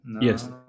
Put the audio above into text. Yes